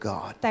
God